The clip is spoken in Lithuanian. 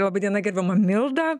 laba diena gerbiama milda